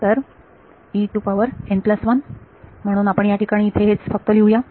तर म्हणून आपण या ठिकाणी इथे हेच फक्त लिहूया